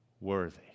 worthy